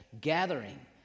gathering